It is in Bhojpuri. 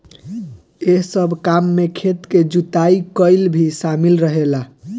एह सब काम में खेत के जुताई कईल भी शामिल रहेला